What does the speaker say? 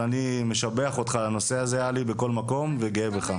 אבל אני משבח אותך על הנושא הזה עלי בכל מקום וגאה בך.